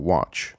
Watch